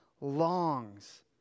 longs